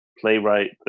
playwright